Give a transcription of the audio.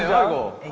and i will